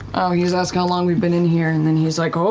oh, he was asking how long we've been in here, and then he's like, oh,